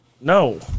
No